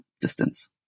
distance